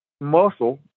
muscle